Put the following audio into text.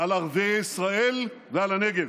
על ערביי ישראל ועל הנגב.